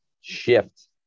shift